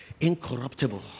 incorruptible